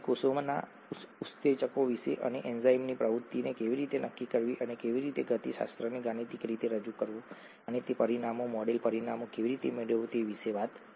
અમે કોષમાં ઉત્સેચકો વિશે અને એન્ઝાઇમની પ્રવૃત્તિને કેવી રીતે નક્કી કરવી અને કેવી રીતે ગતિશાસ્ત્રને ગાણિતિક રીતે રજૂ કરવું અને તે પરિમાણો મોડેલ પરિમાણો કેવી રીતે મેળવવું તે વિશે વાત કરી